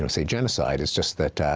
so say, genocide is just that,